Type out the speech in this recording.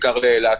בעיקר לאילת.